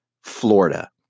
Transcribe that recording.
Florida